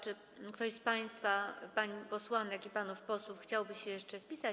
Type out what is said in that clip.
Czy ktoś z państwa, pań posłanek i panów posłów, chciałby się jeszcze wpisać?